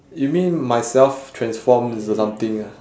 you mean myself transform into something ah